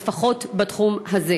לפחות בתחום הזה.